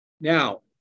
now